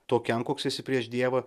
tokiam koks esi prieš dievą